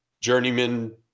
journeyman